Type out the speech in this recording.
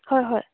হয় হয়